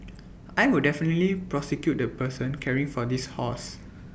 I would definitely prosecute the person caring for this horse